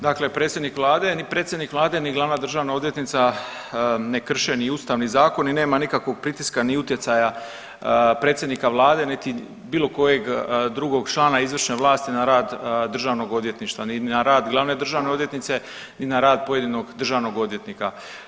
Dakle predsjednik vlade, ni predsjednik vlade, ni glavna državna odvjetnica ne krše ni ustav ni zakon i nema nikakvog pritiska ni utjecaja predsjednika vlade niti bilo kojeg drugog člana izvršne vlasti na rad državnog odvjetništva, ni na rad glavne državne odvjetnice ni na rad pojedinog državnog odvjetnika.